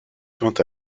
quant